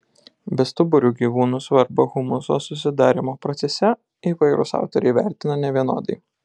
bestuburių gyvūnų svarbą humuso susidarymo procese įvairūs autoriai vertina nevienodai